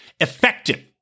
effective